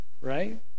right